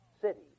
city